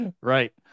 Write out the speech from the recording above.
Right